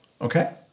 Okay